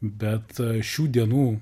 bet šių dienų